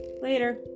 later